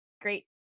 great